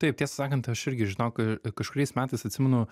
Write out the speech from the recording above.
taip tiesą sakant aš irgi žinok a kažkuriais metais atsimenu